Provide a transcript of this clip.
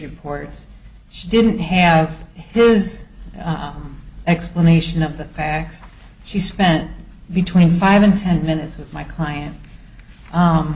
reports she didn't have his explanation of the facts she spent between five and ten minutes with my client